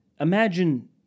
Imagine